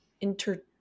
inter